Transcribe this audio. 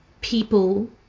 people